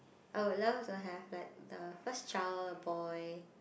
I would love to have like the first child boy